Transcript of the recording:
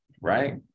right